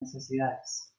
necesidades